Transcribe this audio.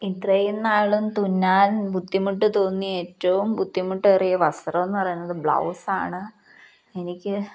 ഇത്രയും നാളും തുന്നാൻ ബുദ്ധിമുട്ടു തോന്നിയ ഏറ്റവും ബുദ്ധിമുട്ടേറിയ വസ്ത്രമെന്നു പറയുന്നത് ബ്ലൗസാണ് എനിക്ക്